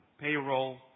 payroll